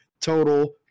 total